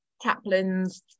chaplains